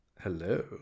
Hello